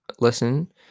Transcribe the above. listen